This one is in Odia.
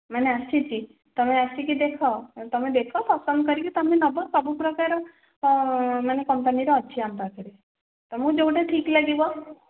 ମାନେ ଆସିଛି ତୁମେ ଆସିକି ଦେଖ ତୁମେ ଦେଖ ପସନ୍ଦ କରିକି ତୁମେ ନେବ ସବୁ ପ୍ରକାର ମାନେ କମ୍ପାନୀର ଅଛି ଆମ ପାଖରେ ତୁମକୁ ଯେଉଁଟା ଠିକ୍ ଲାଗିବ